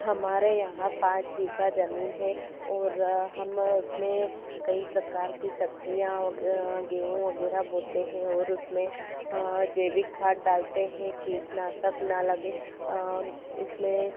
हमारे यहाँ पाँच बीघा ज़मीन है और हम उसमें कई प्रकार की सब्ज़ियां वग गेहूं वगैरह बोते हैं और उसमें जैविक खाद डालते हैं कीटनाशक ना लगे उसमें